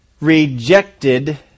rejected